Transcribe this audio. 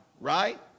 right